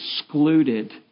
excluded